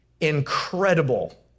Incredible